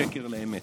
שקר לאמת.